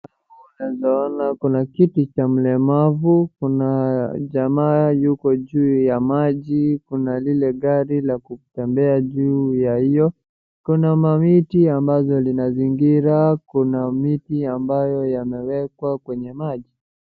Unaeza ona kuna kiti cha mlemavu. Kuna jamaa juu ya maji, kuna ile gari ya kutembea juu ya hio. Kuna mamiti ambazo linazingira, kuna miti ambayo yamewekwa kwenye maji.